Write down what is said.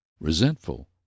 Resentful